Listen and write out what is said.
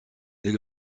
dès